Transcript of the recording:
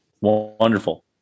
wonderful